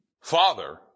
Father